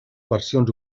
versions